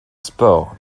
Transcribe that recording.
sport